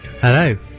Hello